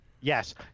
Yes